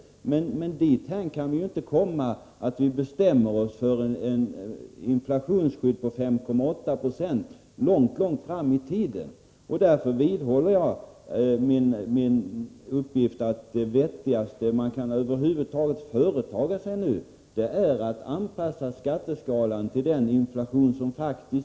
Men vi kan inte komma dithän att vi bestämmer oss för ett inflationsskydd på 5,8 20 som skall gälla långt fram i tiden. Därför vidhåller jag min uppfattning att det vettigaste man över huvud taget kan företa sig nu är att anpassa skatteskalan till den faktiska inflationen.